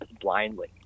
blindly